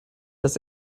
dass